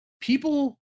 people